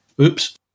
oops